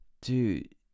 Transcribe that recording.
Dude